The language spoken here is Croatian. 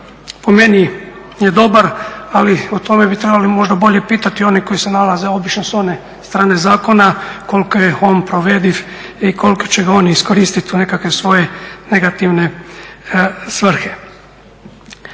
po meni je dobar ali o tome bi trebali možda bolje pitati one koji se nalaze obično s one strane zakona koliko je on provediv i koliko će ga oni iskoristiti u nekakve svoje negativne svrhe.